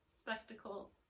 spectacle